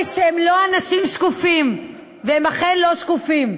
העירו לי שהם לא אנשים שקופים, והם אכן לא שקופים.